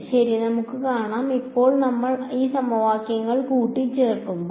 ശരി നമുക്ക് കാണാം ഇപ്പോൾ നമ്മൾ ഈ സമവാക്യങ്ങൾ കൂട്ടിച്ചേർക്കുമ്പോൾ